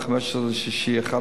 ב-15 ביוני 2011,